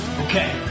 Okay